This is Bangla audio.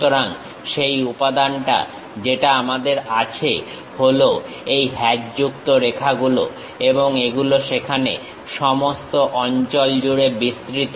সুতরাং সেই উপাদানটা যেটা আমাদের আছে হলো এই হ্যাচযুক্ত রেখাগুলো এবং এগুলো সেখানে সমস্ত অঞ্চল জুড়ে বিস্তৃত